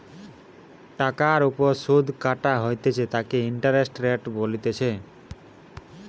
টাকার ওপর সুধ কাটা হইতেছে তাকে ইন্টারেস্ট রেট বলতিছে